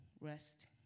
rest